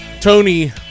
Tony